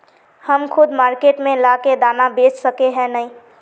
हम खुद मार्केट में ला के दाना बेच सके है नय?